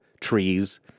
trees